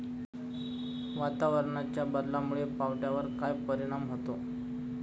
वातावरणाच्या बदलामुळे पावट्यावर काय परिणाम होतो?